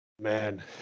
Man